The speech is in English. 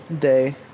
day